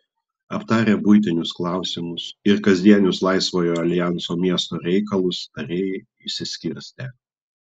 aptarę buitinius klausimus ir kasdienius laisvojo aljanso miesto reikalus tarėjai išsiskirstė